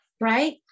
Right